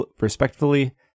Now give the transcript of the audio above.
respectfully